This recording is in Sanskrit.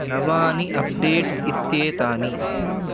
नवानि अप्डेट्स् इत्येतानि